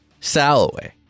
Salloway